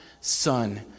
son